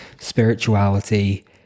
spirituality